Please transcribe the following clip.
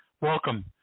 welcome